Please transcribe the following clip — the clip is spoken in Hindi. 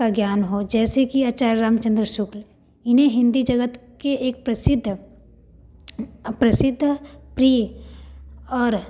का ज्ञान हो जैसे कि आचार्य रामचंद्र शुक्ल इन्हें हिंदी जगत के एक प्रसिद्ध अ प्रसिद्ध प्रिय और